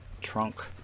trunk